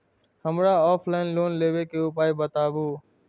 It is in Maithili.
हमरा ऑफलाइन लोन लेबे के उपाय बतबु?